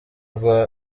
rwa